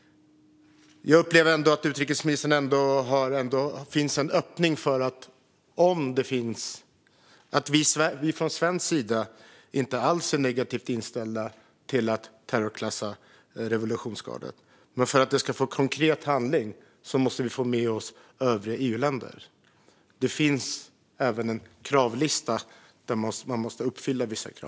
Jag upplever att utrikesministern ändå öppnar för att vi från svensk sida inte alls är negativt inställda till att terrorklassa revolutionsgardet men att vi, för att det ska bli konkret handling, måste få med oss övriga EU-länder. Det finns även en lista med vissa krav som måste uppfyllas.